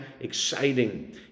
exciting